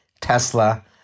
Tesla